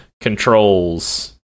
controls